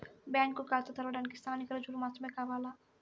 Bank ఖాతా తెరవడానికి స్థానిక రుజువులు మాత్రమే కావాలా?